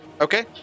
Okay